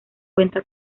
cuenta